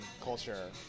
culture